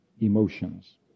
emotions